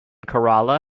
kerala